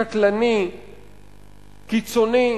קטלני, קיצוני.